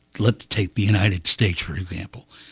let's take the united states, for example.